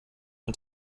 und